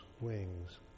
wings